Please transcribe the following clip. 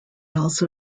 also